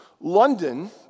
London